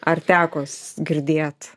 ar tekos girdėt